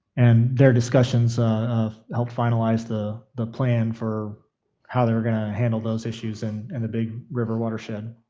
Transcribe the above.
and their discussions helped finalize the the plan for how they were going to handle those issues in and the big river watershed.